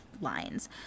lines